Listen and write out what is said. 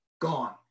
gone